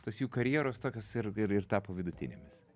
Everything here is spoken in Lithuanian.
tas jų karjeros tokios ir ir tapo vidutinėmis